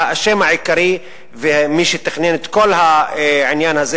האשם העיקרי ומי שתכנן את כל העניין הזה,